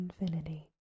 infinity